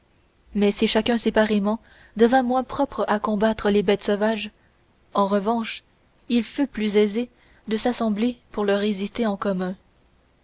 mais si chacun séparément devint moins propre à combattre les bêtes sauvages en revanche il fut plus aisé de s'assembler pour leur résister en commun